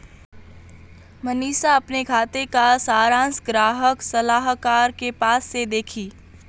मनीषा अपने खाते का सारांश ग्राहक सलाहकार के पास से देखी